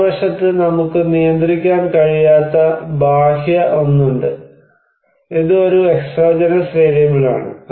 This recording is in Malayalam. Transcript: മറുവശത്ത് നമുക്ക് നിയന്ത്രിക്കാൻ കഴിയാത്ത ബാഹ്യ ഒന്ന് ഉണ്ട് ഇത് ഒരു എക്സോജനസ് വേരിയബിൾ ആണ്